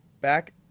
back